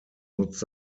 nutzt